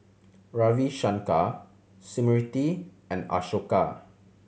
Ravi Shankar Smriti and Ashoka